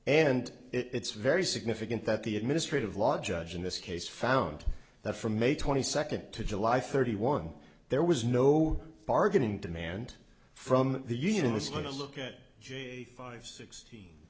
and it's very significant that the administrative law judge in this case found that from may twenty second to july thirty one there was no bargaining demand from the you know it's going to look at five sixteen